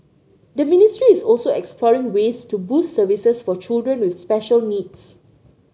the ministry is also exploring ways to boost services for children with special needs